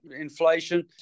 inflation